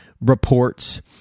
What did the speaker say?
reports